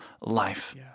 life